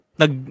nag